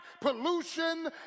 pollution